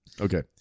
Okay